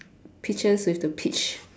peaches with the peach